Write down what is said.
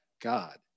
God